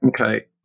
Okay